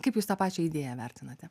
kaip jūs tą pačią idėją vertinate